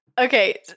okay